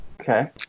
Okay